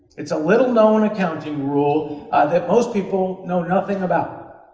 it's a little-known accounting rule that most people know nothing about,